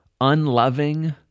unloving